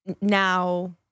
now